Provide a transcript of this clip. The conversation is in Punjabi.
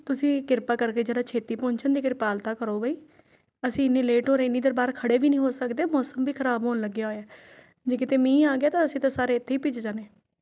ਤੁਸੀਂ ਕਿਰਪਾ ਕਰਕੇ ਜ਼ਰਾ ਛੇਤੀ ਪਹੁੰਚਣ ਦੀ ਕਿਰਪਾਲਤਾ ਕਰੋ ਬਾਈ ਅਸੀਂ ਐਨੀ ਲੇਟ ਔਰ ਐਨੀ ਦੇਰ ਬਾਹਰ ਖੜ੍ਹੇ ਵੀ ਨਹੀਂ ਹੋ ਸਕਦੇ ਮੌਸਮ ਵੀ ਖਰਾਬ ਹੋਣ ਲੱਗਿਆ ਹੈ ਜੇ ਕਿਤੇ ਮੀਂਹ ਆ ਗਿਆ ਤਾਂ ਅਸੀਂ ਤਾਂ ਸਾਰੇ ਇੱਥੇ ਹੀ ਭਿੱਜ ਜਾਣਾ